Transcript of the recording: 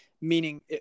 meaning